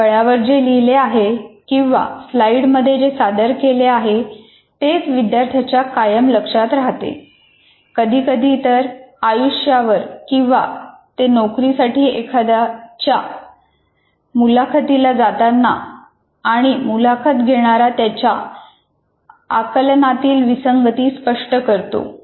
फळ्यावर जे लिहिले आहे किंवा स्लाईडमध्ये जे सादर केले आहे तेच विद्यार्थ्यांच्या कायम लक्षात राहते कधीकधी तर आयुष्यभर किंवा ते नोकरीसाठी एखाद्या मुलाखतीला जातात आणि मुलाखत घेणारा त्यांच्या आकलनातील विसंगती स्पष्ट करतो